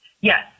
Yes